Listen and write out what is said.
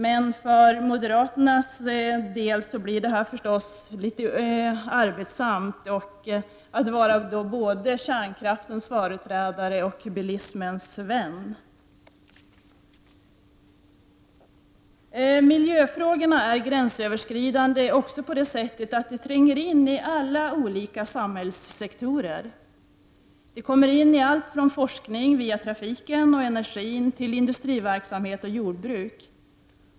Men för moderaternas del blir det förstås litet arbetsamt att vara både kärnkraftens företrädare och bilismens vän. Miljöfrågorna är gränsöverskridande också på det sättet att de tränger in i alla olika samhällssektorer. De kommer in i allt från forskning via trafiken och energin till industriverksamhet och jordbruk.